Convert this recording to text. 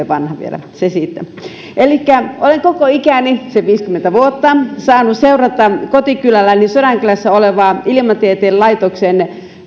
vanha vielä se siitä olen koko ikäni sen viisikymmentä vuotta saanut seurata kotikylälläni sodankylässä olevaa ilmatieteen laitoksen